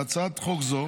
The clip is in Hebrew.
בהצעת חוק זו